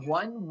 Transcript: one